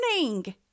morning